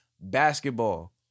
basketball